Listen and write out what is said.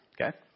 okay